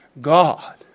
God